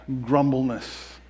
grumbleness